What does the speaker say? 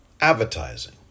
advertising